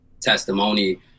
testimony